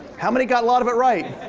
how many got a lot of it right?